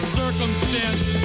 circumstance